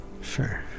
Sure